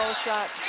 shot.